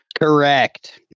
Correct